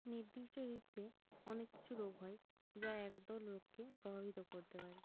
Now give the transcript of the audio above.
নির্দিষ্ট ঋতুতে অনেক কিছু রোগ হয় যা একদল লোককে প্রভাবিত করতে পারে